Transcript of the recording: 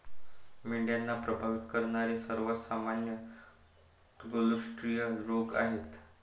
मेंढ्यांना प्रभावित करणारे सर्वात सामान्य क्लोस्ट्रिडियल रोग आहेत